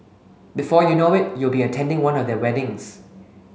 before you know it you'll be attending one of their weddings